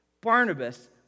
Barnabas